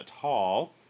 tall